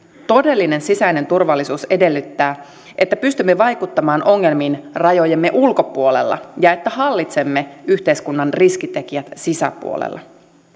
todellinen sisäinen turvallisuus edellyttää että pystymme vaikuttamaan ongelmiin rajojemme ulkopuolella ja että hallitsemme yhteiskunnan riskitekijät sisäpuolella